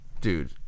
Dude